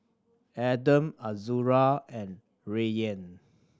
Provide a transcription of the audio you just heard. Adam Azura and Rayyan